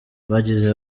bagize